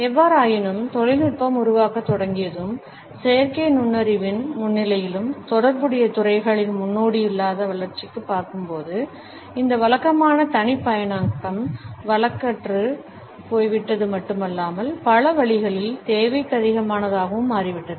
எவ்வாறாயினும் தொழில்நுட்பம் உருவாக்கத் தொடங்கியதும் செயற்கை நுண்ணறிவின் முன்னிலையிலும் தொடர்புடைய துறைகளில் முன்னோடியில்லாத வளர்ச்சியைப் பார்க்கும்போது இந்த வழக்கமான தனிப்பயனாக்கம் வழக்கற்றுப் போய்விட்டது மட்டுமல்லாமல் பல வழிகளில் தேவைக்கதிகமானதாகவும் மாறிவிட்டது